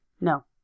No